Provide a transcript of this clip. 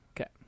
Okay